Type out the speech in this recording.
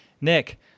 Nick